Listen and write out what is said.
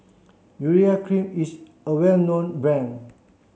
Urea Cream is a well known brand